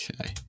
Okay